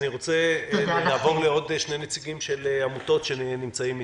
אני רוצה לעבור לעוד שני נציגים של עמותות שנמצאים איתנו.